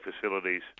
facilities